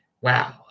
wow